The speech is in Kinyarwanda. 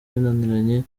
binaniranye